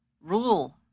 rule